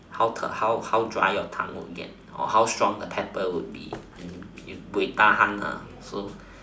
how the how how how dry your tongue will get or how strong the pepper will be you buay-tahan so